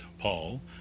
Paul